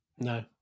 No